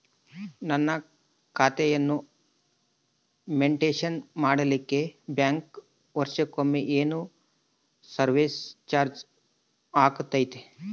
ನನ್ನ ಖಾತೆಯನ್ನು ಮೆಂಟೇನ್ ಮಾಡಿಲಿಕ್ಕೆ ಬ್ಯಾಂಕ್ ವರ್ಷಕೊಮ್ಮೆ ಏನು ಸರ್ವೇಸ್ ಚಾರ್ಜು ಹಾಕತೈತಿ?